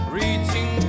reaching